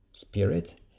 Spirit